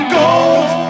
gold